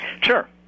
Sure